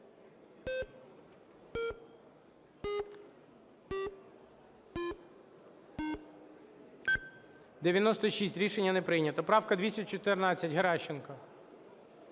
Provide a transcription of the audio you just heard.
За-96 Рішення не прийнято. Правка 214, Геращенко.